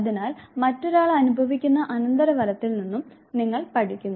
അതിനാൽ മറ്റൊരാൾ അനുഭവിക്കുന്ന അനന്തരഫലത്തിൽ നിന്ന് നിങ്ങൾ പഠിക്കുന്നു